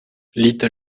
little